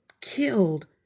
killed